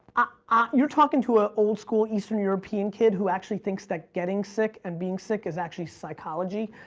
ah ah you're talking to a old school eastern european kid who actually thinks that getting sick and being sick is actually psychology.